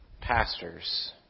pastors